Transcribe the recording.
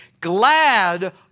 glad